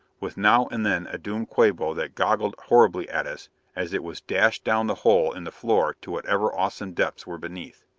with now and then a doomed quabo that goggled horribly at us as it was dashed down the hole in the floor to whatever awesome depths were beneath.